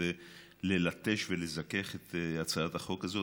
כדי ללטש ולזכך את הצעת החוק הזאת.